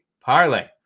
parlay